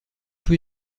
peu